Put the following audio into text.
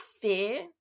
fear